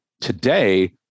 Today